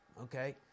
okay